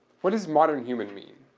what does modern human mean?